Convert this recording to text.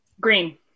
Green